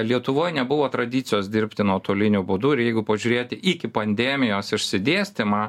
lietuvoj nebuvo tradicijos dirbti nuotoliniu būdu ir jeigu pažiūrėti iki pandemijos išsidėstymą